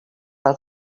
pel